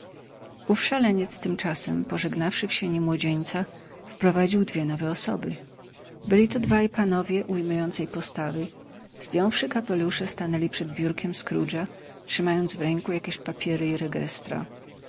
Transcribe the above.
szaleniec tymczasem pożegnawszy w sieni młodzieńca wprowadził dwie nowe osoby byli to dwaj panowie ujmującej postawy zdjąwszy kapelusze stanęli przed biurkiem scroogea trzymając w ręku jakieś papiery i